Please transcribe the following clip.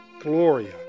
Gloria